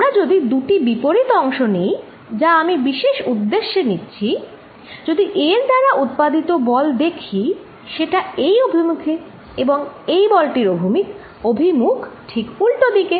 আমরা যদি দুটি বিপরীত অংশ নিই যা আমি বিশেষ উদ্দেশ্যে নিচ্ছি যদি এর দ্বারা উৎপাদিত বল দেখি সেটা এই অভিমুখে এবং এই বল টির অভিমুখ উল্টোদিকে